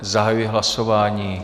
Zahajuji hlasování.